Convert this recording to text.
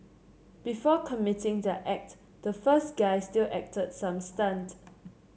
before committing their act the first guy still acted some stunt